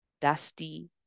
dusty